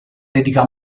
dedica